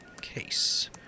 case